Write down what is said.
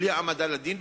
בלי העמדה לדין,